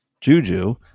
Juju